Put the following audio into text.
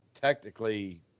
technically